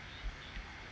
oh ya those